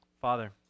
Father